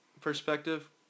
perspective